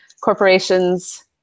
corporations